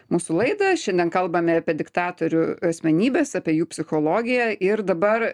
mūsų laidą šiandien kalbame apie diktatorių asmenybes apie jų psichologiją ir dabar